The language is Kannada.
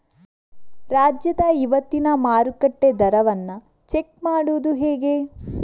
ರಾಜ್ಯದ ಇವತ್ತಿನ ಮಾರುಕಟ್ಟೆ ದರವನ್ನ ಚೆಕ್ ಮಾಡುವುದು ಹೇಗೆ?